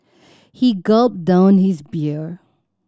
he gulped down his beer